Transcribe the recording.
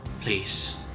Please